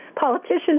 politicians